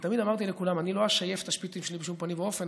ותמיד אמרתי לכולם: אני לא אשייף את השפיצים שלי בשום פנים ואופן,